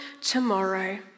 tomorrow